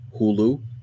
Hulu